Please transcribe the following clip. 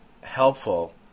helpful